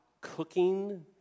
cooking